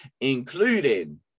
including